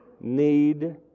need